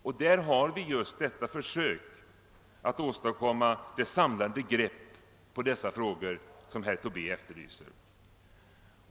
Med detta verk har vi försökt att åstadkomma det samlande grepp på dessa frågor som herr Tobé efterlyser.